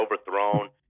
overthrown